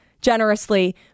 generously